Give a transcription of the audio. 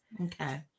okay